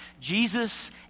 Jesus